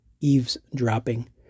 eavesdropping